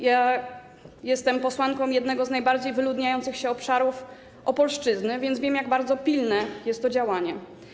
Jestem posłanką jednego z najbardziej wyludniających się obszarów - Opolszczyzny, więc wiem, jak bardzo pilne jest to działanie.